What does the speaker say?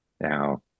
now